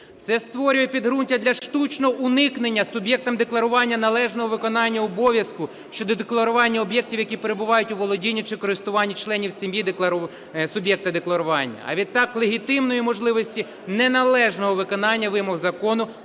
Це створює підґрунтя для штучного уникнення суб'єктом декларування належного виконання обов'язку щодо декларування об'єктів, які перебувають у володінні чи користуванні членів сім'ї суб'єкта декларування, а відтак легітимної можливості неналежного виконання вимог Закону